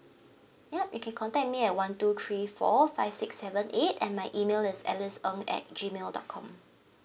yup you can contact me at one two three four five six seven eight and my email is alice ng at gmail dot com